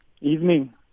Evening